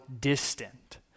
distant